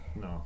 No